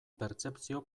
pertzepzio